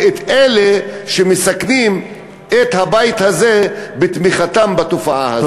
ואת אלה שמסכנים את הבית הזה בתמיכתם בתופעה הזו.